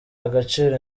agaciro